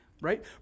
right